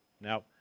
Now